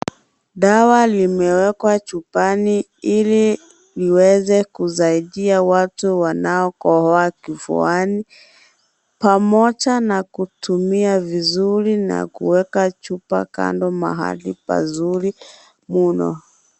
Dawa limewekwa chupani ili liweze kusaidia watu wanao kohoa kifuani ,pamoja na kutumia vizuri na kueka chupa kando mahali pazuri mno.